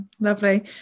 lovely